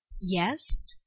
Yes